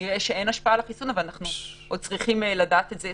אין השפעה על החיסון, אבל עוד צריך לבדוק את זה.